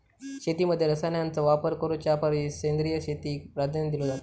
शेतीमध्ये रसायनांचा वापर करुच्या परिस सेंद्रिय शेतीक प्राधान्य दिलो जाता